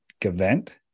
event